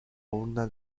urna